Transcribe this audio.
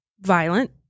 violent